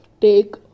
take